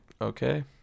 okay